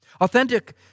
Authentic